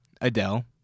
Adele